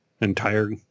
entire